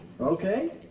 Okay